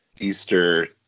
Easter